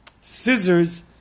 scissors